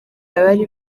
bari